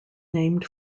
named